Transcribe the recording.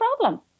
problem